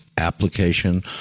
application